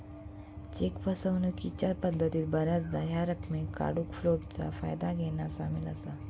check फसवणूकीच्या पद्धतीत बऱ्याचदा ह्या रकमेक काढूक फ्लोटचा फायदा घेना सामील असा